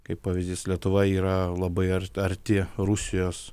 kaip pavyzdys lietuva yra labai ar arti rusijos